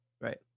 right